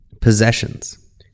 possessions